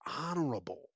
honorable